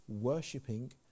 worshipping